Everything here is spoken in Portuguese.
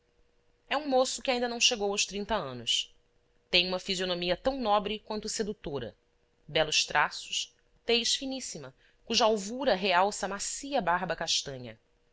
é um moço que ainda não chegou aos trinta anos tem uma fisionomia tão nobre quanto sedutora belos traços tez finíssima cuja alvura realça a macia barba castanha